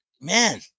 man